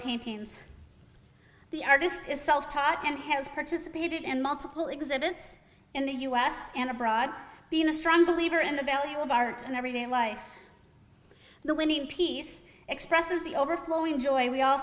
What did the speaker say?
painting the artist is self taught and has participated in multiple exhibits in the u s and abroad being a strong believer in the value of art in everyday life the winning piece expresses the overflowing joy we all